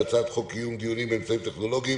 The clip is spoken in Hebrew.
להצעת חוק קיום דיונים באמצעים טכנולוגיים